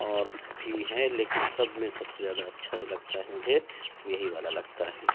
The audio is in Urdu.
اور بھی ہے لیکن سب میں سب سے زیادہ اچھا جو لگتا ہے مجھے وہ یہی والا لگتا ہے